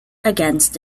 against